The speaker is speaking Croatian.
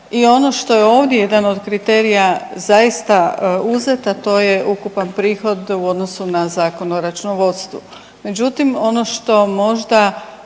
i ono što je ovdje jedan od kriterija zaista uzet, a to je ukupan prihod u odnosu na Zakon o računovodstvu. Međutim, ono što možda